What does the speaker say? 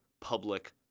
public